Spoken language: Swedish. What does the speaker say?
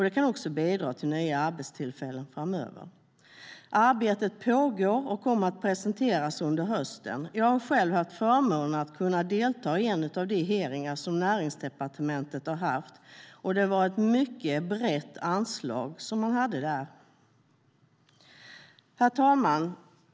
Det kan också bidra till nya arbetstillfällen framöver. Herr talman!